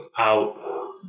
out